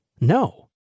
No